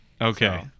Okay